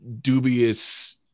dubious